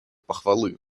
похвалы